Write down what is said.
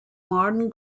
modern